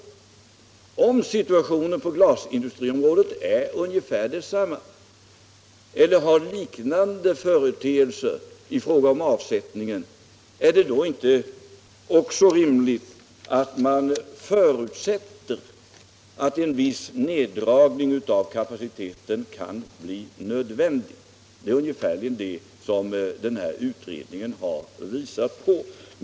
stödja den manuel Om situationen på glasindustriområdet är ungefär densamma eller upp = la glasindustrin visar liknande förhållanden i fråga om avsättningen, är det då inte rimligt att förutsätta att en viss nerdragning av kapaciteten kan bli nödvändig? Det är ungefärligen det som den utredning jag nämnde visade på.